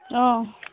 অ'